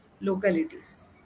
localities